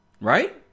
Right